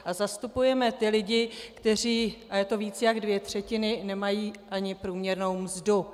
A zastupujeme ty lidi, kteří, a je to více než dvě třetiny, nemají ani průměrnou mzdu.